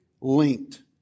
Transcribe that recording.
linked